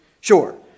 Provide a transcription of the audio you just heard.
Sure